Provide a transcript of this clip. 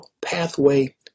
pathway